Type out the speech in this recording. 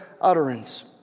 utterance